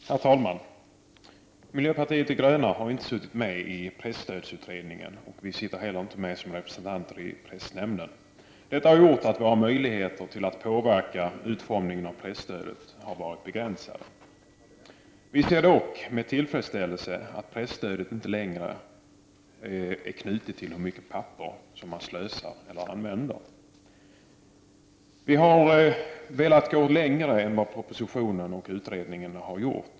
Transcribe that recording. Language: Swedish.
Herr talman! Miljöpartiet de gröna har inte suttit med i presstödsutredningen, och vi sitter heller inte med som representanter i pressnämnden. Detta har gjort att våra möjligheter att påverka utformningen av presstödet har varit begränsade. Vi ser dock med tillfredsställelse att presstödet inte längre är knutet till hur mycket papper man slösar med eller använder. Vi i miljöpartiet har velat gå längre än propositionen och utredningen.